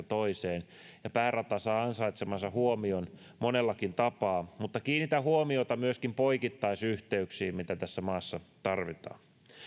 toiseen päärata saa ansaitsemansa huomion monellakin tapaa mutta kiinnitän huomiota myöskin poikittaisyhteyksiin mitä tässä maassa tarvitaan